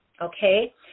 Okay